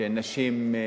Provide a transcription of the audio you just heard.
שנשים,